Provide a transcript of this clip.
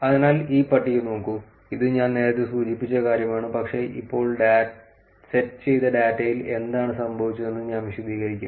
അതിനാൽ ഈ പട്ടിക നോക്കൂ ഇത് ഞാൻ നേരത്തെ സൂചിപ്പിച്ച കാര്യമാണ് പക്ഷേ ഇപ്പോൾ സെറ്റ് ചെയ്ത ഡാറ്റയിൽ എന്താണ് സംഭവിച്ചതെന്ന് ഞാൻ വിശദീകരിക്കും